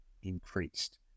increased